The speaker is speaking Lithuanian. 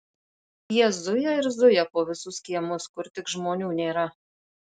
jie zuja ir zuja po visus kiemus kur tik žmonių nėra